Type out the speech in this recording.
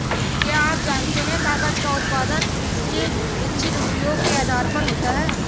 क्या आप जानते है कागज़ का उत्पादन उसके इच्छित उपयोग के आधार पर होता है?